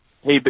hey